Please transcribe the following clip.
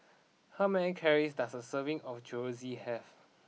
how many calories does a serving of Chorizo have